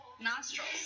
nostrils